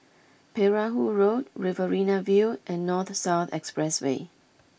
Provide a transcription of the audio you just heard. Perahu Road Riverina View and North South Expressway